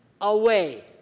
away